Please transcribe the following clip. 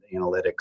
analytics